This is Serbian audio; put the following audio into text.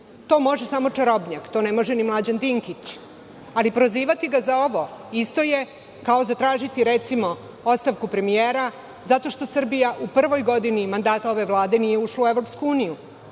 To može samo čarobnjak. To ne može ni Mlađan Dinkić. Ali, prozivati ga za ovo, isto je kao zatražiti, recimo, ostavku premijera zato što Srbija u prvoj godini mandata ove vlade nije ušla u EU. To je